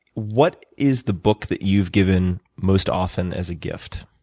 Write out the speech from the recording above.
what is the book that you've given most often as a gift?